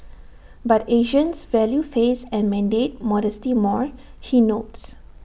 but Asians value face and mandate modesty more he notes